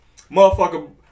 motherfucker